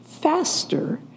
Faster